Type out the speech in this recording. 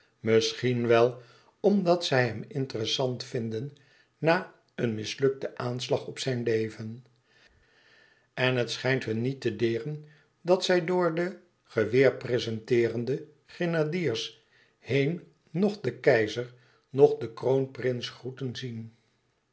misschien wel omdat zij hem interessant vinden na een mislukten aanslag op zijn leven en het schijnt hun niet te deeren dat zij door de geweer prezenteerende grenadiers heen noch den keizer noch den kroonprins groeten zien